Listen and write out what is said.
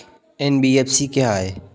NBFC क्या है?